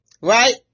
right